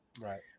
Right